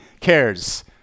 cares